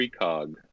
precog